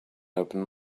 open